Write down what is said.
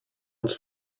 uns